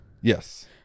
Yes